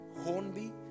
Hornby